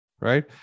right